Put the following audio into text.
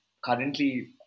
currently